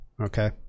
okay